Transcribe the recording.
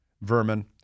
vermin